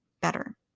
better